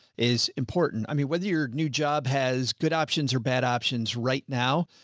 is important. i mean, whether your new job has good options or bad options right now,